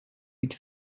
with